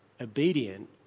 obedient